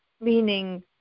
meaning